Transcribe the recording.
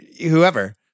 whoever